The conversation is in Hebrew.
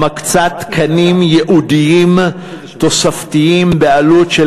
המקצה תקנים ייעודיים תוספתיים בעלות של